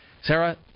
Sarah